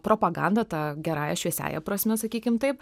propaganda ta gerąja šviesiąja prasme sakykim taip